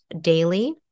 daily